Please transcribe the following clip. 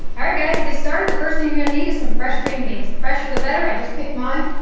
alright guys to get started the first thing you're going to need is some fresh green beans the fresher the better i just picked mine.